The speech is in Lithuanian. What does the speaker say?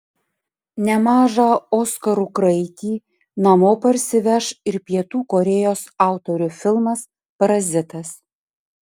nemažą oskarų kraitį namo parsiveš ir pietų korėjos autorių filmas parazitas